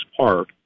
park